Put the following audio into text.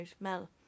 Mel